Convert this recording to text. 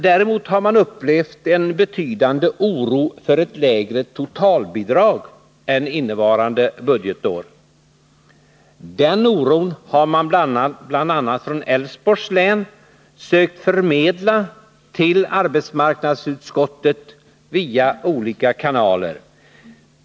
Däremot har man känt en betydande oro för att totalbidraget skall bli lägre än det är innevarande budgetår. Den oron har man bl.a. från Älvsborgs län sökt förmedla till arbetsmarknadsutskottet via olika kanaler.